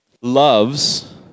loves